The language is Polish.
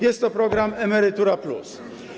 Jest to program „Emerytura+”